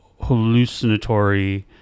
hallucinatory